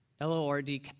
L-O-R-D